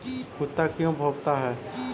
कुत्ता क्यों भौंकता है?